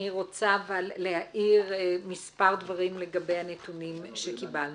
אני רוצה להעיר מספר דברים לגבי הנתונים שקיבלנו.